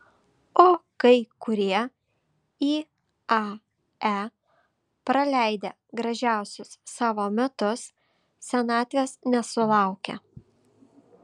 o kai kurie iae praleidę gražiausius savo metus senatvės nesulaukia